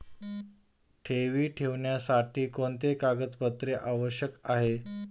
ठेवी ठेवण्यासाठी कोणते कागदपत्रे आवश्यक आहे?